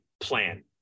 plan